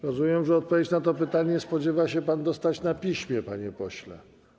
Rozumiem, że odpowiedzi na to pytanie spodziewa się pan na piśmie, panie pośle?